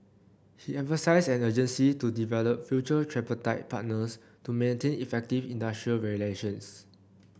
he emphasised an urgency to develop future tripartite partners to maintain effective industrial relations